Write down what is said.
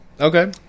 Okay